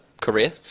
career